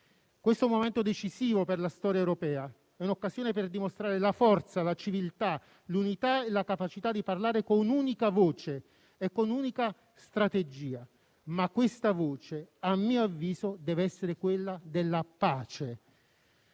Questo è un momento decisivo per la storia europea, è un'occasione per dimostrare la forza, la civiltà, l'unità e la capacità di parlare con un'unica voce e con un'unica strategia. Questa voce, a mio avviso, deve essere quella della pace.